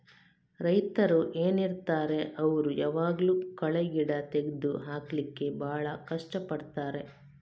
ರೈತರು ಏನಿರ್ತಾರೆ ಅವ್ರು ಯಾವಾಗ್ಲೂ ಕಳೆ ಗಿಡ ತೆಗ್ದು ಹಾಕ್ಲಿಕ್ಕೆ ಭಾಳ ಕಷ್ಟ ಪಡ್ತಾರೆ